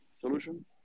solution